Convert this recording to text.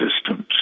systems